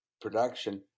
production